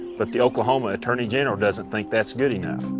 but the oklahoma attorney general doesn't think that's good enough